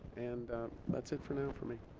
and that's it for now for me.